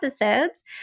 episodes